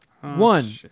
One